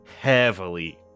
heavily